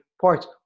parts